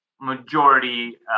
majority